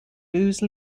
lose